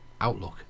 outlook